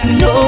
no